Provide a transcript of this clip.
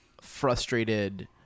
frustrated